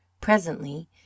Presently